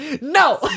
No